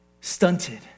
stunted